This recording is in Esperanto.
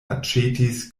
aĉetis